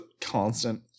constant